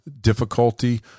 difficulty